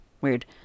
weird